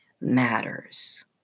matters